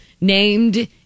named